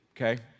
okay